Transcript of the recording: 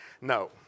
No